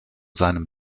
seinem